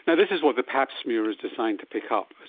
yeah this is what the pap smear is designed to pick up,